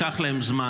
ייקח להם זמן,